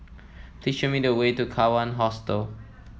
please show me the way to Kawan Hostel